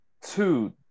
Two